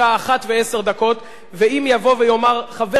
ואם יבוא ויאמר חבר כנסת אחד מהאופוזיציה,